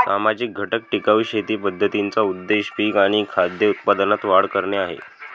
सामाजिक घटक टिकाऊ शेती पद्धतींचा उद्देश पिक आणि खाद्य उत्पादनात वाढ करणे आहे